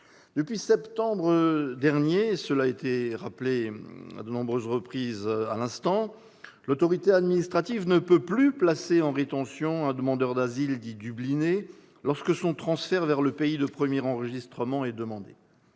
Depuis septembre dernier, cela a été rappelé précédemment, l'autorité administrative ne peut plus placer en rétention un demandeur d'asile dit « dubliné » lorsque son transfert vers le pays de premier enregistrement est demandé.